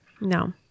No